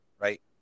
Right